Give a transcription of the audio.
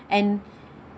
and